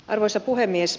arvoisa puhemies